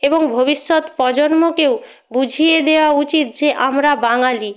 এবং ভবিষ্যৎ প্রজন্মকেও বুঝিয়ে দেওয়া উচিত যে আমরা বাঙালি